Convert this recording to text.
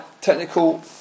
technical